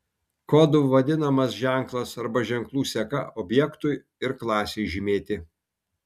kodu vadinamas ženklas arba ženklų seka objektui ir klasei žymėti